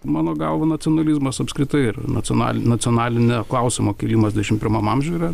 mano galva nacionalizmas apskritai ir nacionalinio nacionalinio klausimo kėlimas dvidešim pirmam amžiuj yra